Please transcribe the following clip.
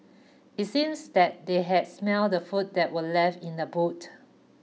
it seems that they had smelt the food that were left in the boot